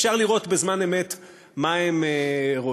אפשר לראות בזמן אמת מה הם רואים.